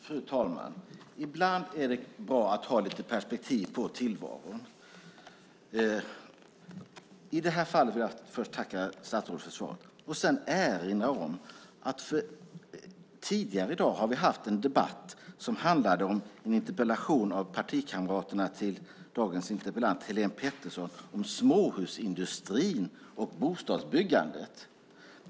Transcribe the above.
Fru talman! Jag vill först tacka statsrådet för svaret. Ibland är det bra att ha lite perspektiv på tillvaron. I det här fallet vill jag erinra om att vi tidigare i dag har haft en debatt om en interpellation från Helene Petersson, en partikamrat till den nu aktuella interpellanten, om småhusindustrin och bostadsbyggandet.